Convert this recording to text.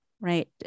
right